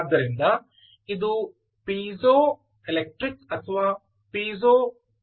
ಆದ್ದರಿಂದ ಇದು ಪೀಜೋಎಲೆಕ್ಟ್ರಿಕ್ ಅಥವಾ ಪೀಜೋ ವಸ್ತುವಾಗಿದೆ